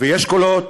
ויש קולות